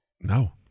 No